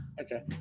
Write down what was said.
okay